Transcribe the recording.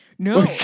No